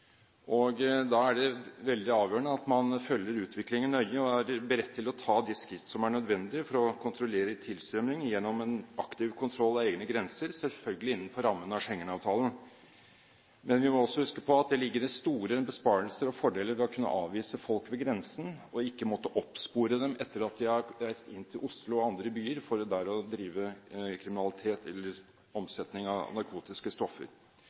Da er det veldig avgjørende at man følger utviklingen nøye og er beredt til å ta de skritt som er nødvendige for å kontrollere tilstrømming gjennom en aktiv kontroll av egne grenser, selvfølgelig innenfor rammene av Schengen-avtalen. Vi må også huske på at det ligger store besparelser i og fordeler ved å kunne avvise folk ved grensen og ikke måtte oppspore dem etter at de har reist inn til Oslo og andre byer, for der å drive kriminalitet, f.eks. omsetning av narkotiske stoffer.